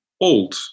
old